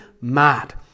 mad